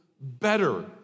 better